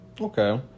Okay